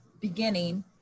beginning